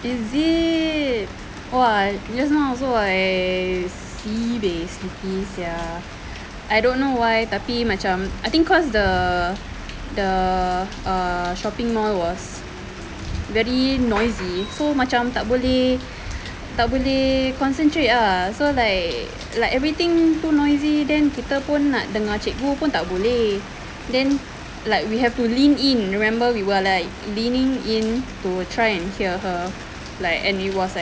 is it !wah! just now also I sibeh sleepy sia I don't know why tapi macam I think cause the the err shopping mall was very noisy so macam tak boleh tak boleh concentrate ah so like like everything too noisy then kita pun nak dengar cikgu pun tak boleh then we have to lean remember we were like leaning in to try and hear her like and it was like